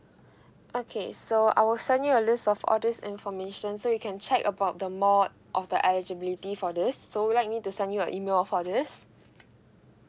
okay so I will send you a list of all this information so you can check about the more of the eligibility for this so would you like me to send you an email of all this